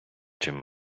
чим